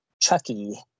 chucky